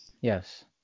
Yes